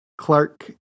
Clark